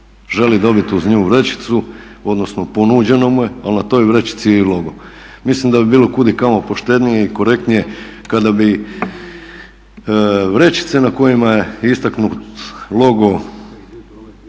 želi dobit uz nju vrećicu odnosno ponuđeno mu je, ali na toj vrećici je i logo. Mislim da bi bilo kudikamo poštenije i korektnije kada bi vrećice na kojima je istaknut logo